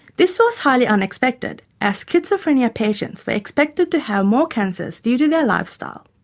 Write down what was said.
this was highly unexpected, as schizophrenia patients were expected to have more cancers due to their lifestyle.